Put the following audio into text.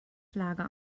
lager